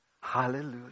Hallelujah